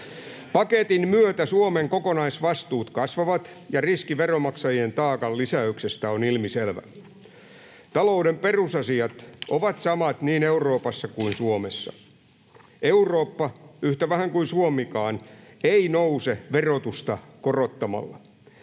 Paketin myötä Suomen kokonaisvastuut kasvavat ja riski veronmaksajien taakan lisäyksestä on ilmiselvä. Talouden perusasiat ovat samat niin Euroopassa kuin Suomessa. Eurooppa — yhtä vähän kuin Suomikaan — ei nouse verotusta korottamalla.